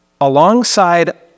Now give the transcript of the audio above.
alongside